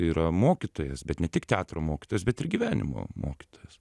yra mokytojas bet ne tik teatro mokytojas bet ir gyvenimo mokytojas